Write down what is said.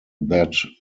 that